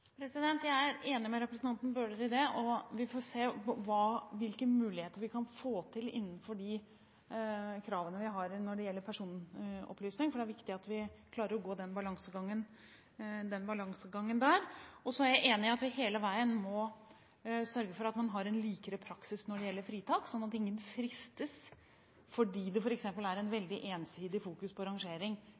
det. Vi får se hvilke muligheter vi kan få til innenfor de kravene vi har når det gjelder personopplysning, for det er viktig at vi klarer den balansegangen. Så er jeg enig i at vi hele veien må sørge for at man har en likere praksis når det gjelder fritak, sånn at ingen fristes, fordi det f.eks. er en veldig ensidig fokusering på rangering,